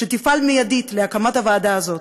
שתפעל מייד להקמת הוועדה הזאת.